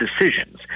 decisions